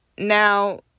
Now